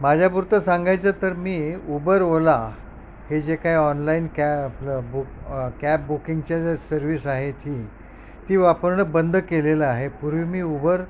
माझ्यापूर्त सांगायचं तर मी उबर ओला हे जे काही ऑनलाईन कॅ बुक कॅब बुकिंगच्या ज्या सर्व्हिस आहे ती ती वापरणं बंद केलेलं आहे पूर्वी मी उबर